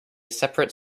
separate